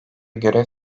görev